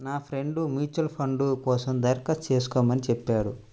నా friend mutual fund కోసం దరఖాస్తు చేస్కోమని చెప్పాడు